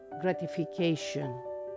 gratification